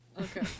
Okay